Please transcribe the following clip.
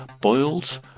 boiled